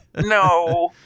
No